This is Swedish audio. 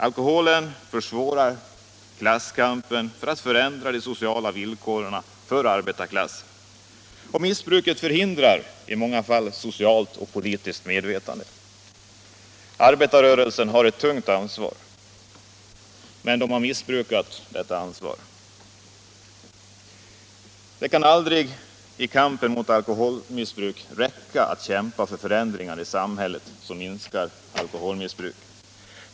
Alkoholen försvårar klasskampen för att förändra de sociala villkoren för arbetarklassen, och missbruket förhindrar i många fall socialt och politiskt medvetande. Arbetarrörelsen har ett tungt ansvar. Men det har missbrukats. Det kan aldrig i kampen mot alkoholmissbruk räcka med att kämpa för förändringar i samhället som minskar alkoholmissbruket.